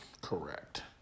Correct